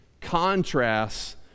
contrasts